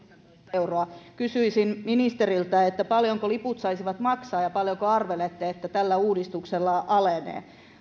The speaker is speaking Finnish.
euroa kysyisin ministeriltä paljonko liput saisivat maksaa ja paljonko arvelette että tällä uudistuksella alenee